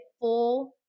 full